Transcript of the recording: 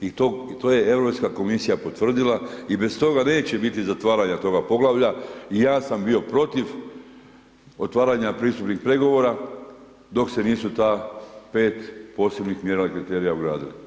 I to je Europska komisija potvrdila i bez toga neće biti zatvaranja toga poglavlja i ja sam bio protiv otvaranja pristupnih pregovora dok se nisu ta 5 posebnih mjerila kriterija ugradili.